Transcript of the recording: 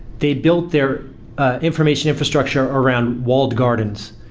they built their information infrastructure around walled gardens.